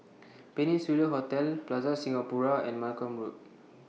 Peninsula Hotel Plaza Singapura and Malcolm Road